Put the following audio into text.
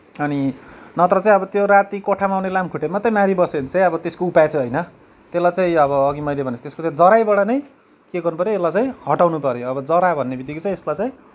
अनि नत्र चाहिँ अब त्यो राति कोठामा आउने लामखुट्टे मात्रै मारिबस्यो भने चाहिँ अब त्यसको उपाय चाहिँ होइन त्यसलाई चाहिँ अब अघि मैले भनेजस्तो त्यसको चाहिँ जराबाट नै के गर्नुपऱ्यो यसलाई चाहिँ हटाउनुपऱ्यो अब जरा भन्नेबित्तिकै चाहिँ यसलाई चाहिँ